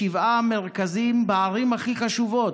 בשבעה מרכזים בערים הכי חשובות,